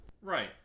Right